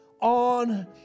on